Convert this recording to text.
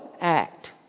act